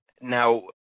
Now